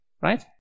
right